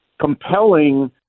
compelling